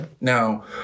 now